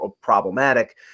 problematic